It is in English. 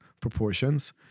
proportions